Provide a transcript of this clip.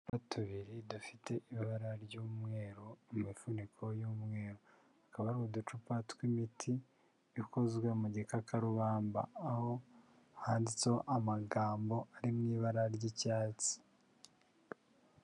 Uducupa tubiri dufite ibara ry'umweru, imifuniko y'umweru, akaba ari uducupa tw'imiti ikozwe mu gikakarubamba, aho handitse amagambo ari mu ibara ry'icyatsi.